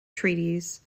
treaties